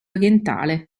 orientale